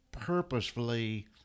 purposefully